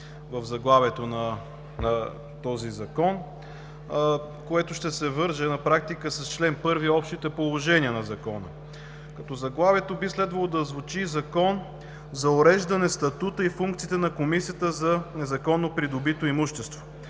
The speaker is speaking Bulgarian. в заглавието на този Закон, което ще се върже на практика с чл. 1 – „Общите положения” на Закона, като заглавието би следвало да звучи: „Закон за уреждане статута и функциите на Комисията за незаконно придобито имущество“,